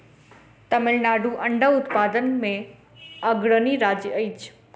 तमिलनाडु अंडा उत्पादन मे अग्रणी राज्य अछि